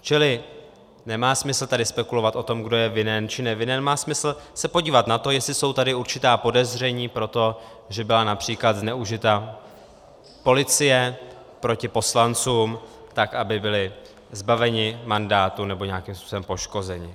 Čili nemá smysl tady spekulovat o tom, kdo je vinen či nevinen, má smysl se podívat na to, jestli jsou tady určitá podezření pro to, že byla např. zneužita policie proti poslancům tak, aby byli zbaveni mandátu nebo nějakým způsobem poškozeni.